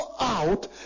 out